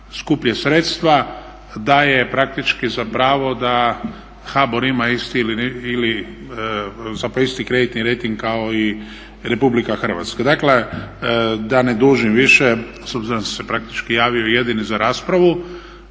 skuplje sredstva daje praktički za pravo da HBOR ima isti kreditni rejting kao i RH. Dakle, da ne dužim više s obzirom da sam se javio jedini za raspravu,